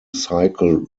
cycle